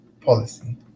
policy